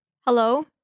Hello